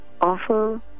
offer